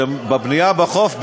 שבבנייה בחוף,